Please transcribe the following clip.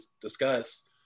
discuss